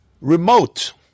remote